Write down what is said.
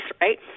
right